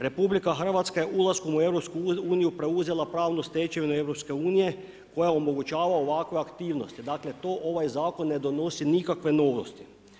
RH je ulaskom u EU preuzela pravnu stečevinu EU koja omogućava ovakve aktivnosti, dakle to ovaj zakon ne donosi nikakve novosti.